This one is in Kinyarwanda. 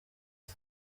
ati